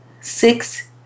six